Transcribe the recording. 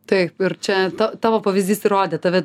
taip ir čia ta tavo pavyzdys įrodė tave